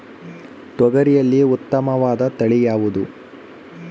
ತೊಗರಿಯಲ್ಲಿ ಉತ್ತಮವಾದ ತಳಿ ಯಾವುದು?